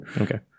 Okay